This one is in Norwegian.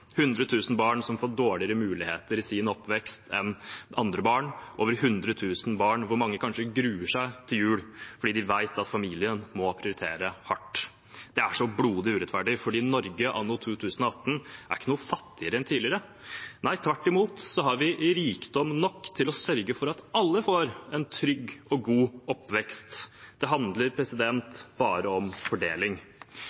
000 barn som får dårligere muligheter i sin oppvekst enn andre barn, og mange av dem gruer seg kanskje til jul fordi de vet at familien må prioritere hardt. Det er så blodig urettferdig, for Norge anno 2018 er ikke noe fattigere enn tidligere, nei, tvert imot har vi rikdom nok til å sørge for at alle får en trygg og god oppvekst. Det handler